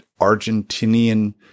Argentinian